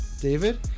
David